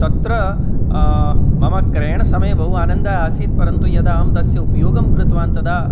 तत्र मम क्रयणसमये बहु आनन्दः आसीत् परन्तु यदा अहं तस्य उपयोगं कृतवान् तदा